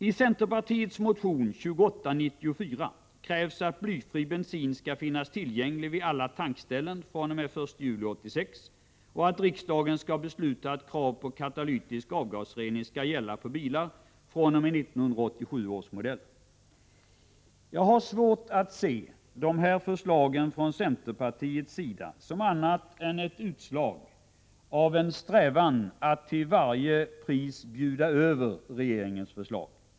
I centerpartiets motion 2894 krävs att blyfri bensin skall finnas tillgänglig vid alla tankställen fr.o.m. den 1 juli 1986 och att riksdagen skall besluta att krav på katalytisk avgasrening skall gälla på bilar fr.o.m. 1987 års modeller. Jag har svårt att se dessa förslag från centerpartiets sida som annat än ett utslag av en strävan att till varje pris bjuda över regeringens förslag.